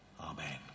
Amen